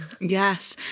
Yes